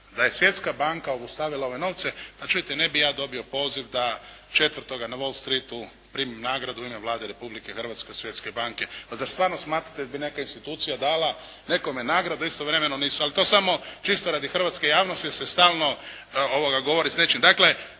da je Svjetska banka obustavila ove novce, pa čujte ne bih ja dobio poziv da 4. na Wall streetu primim nagradu u ime Vlade Republike Hrvatske od Svjetske banke. Pa zar stvarno smatrate da bi neka institucija dala nekome nagradu, a istovremeno nisu, ali to samo čisto radi hrvatske javnosti jer se stalno govori s nečim.